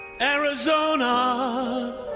Arizona